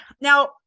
Now